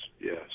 yes